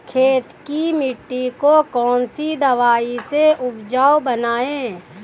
खेत की मिटी को कौन सी दवाई से उपजाऊ बनायें?